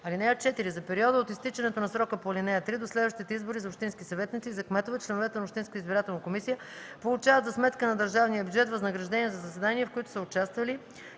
(4) За периода от изтичането на срока по ал. 3 до следващите избори за общински съветници и за кметове членовете на общинската избирателна комисия получават за сметка на държавния бюджет възнаграждение за заседания, в които са участвали,